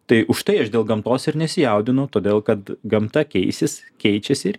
tai užtai aš dėl gamtos ir nesijaudinu todėl kad gamta keisis keičiasi ir